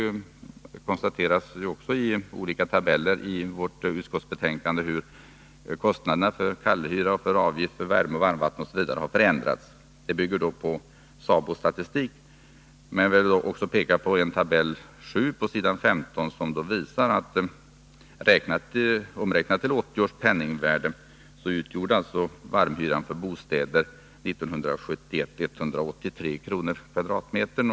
I olika tabeller i vårt utskottsbetänkande redovisas också hur kallhyran, avgiften för värme och varmvatten osv. har förändrats. Tabellerna bygger på SABO:s statistik. Men jag vill också peka på tab. 7 på s. 15, som redovisar varmhyran för bostäder omräknat i 1980 års penningvärde. 1971 utgjorde varmhyran 183 kr./m?.